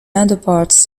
underparts